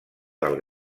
del